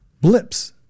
blips